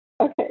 Okay